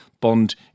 bond